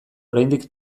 oraindik